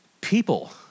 People